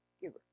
giver